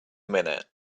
minute